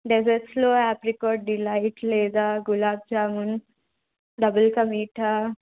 డెజర్ట్స్లో apricot delight లేదా గులాబ్ జామున్ డబుల్ కా మీఠా